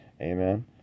Amen